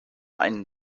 einen